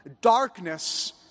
darkness